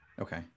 Okay